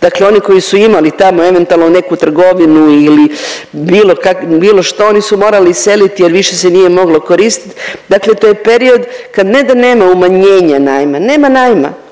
Dakle, oni koji su imali tamo eventualno neku trgovinu ili bilo kak… bilo što oni su morali iseliti jer više se nije moglo koristiti, dakle to je period kad ne da nema umanjenja najma, nema najma